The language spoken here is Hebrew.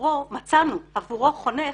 מצאנו עבורו חונך